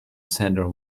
sandra